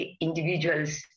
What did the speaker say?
individuals